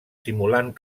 simulant